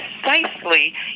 precisely